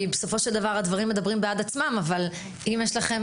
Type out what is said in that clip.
בסופו של דבר הדברים מדברים בעד עצמם אבל אם יש לכם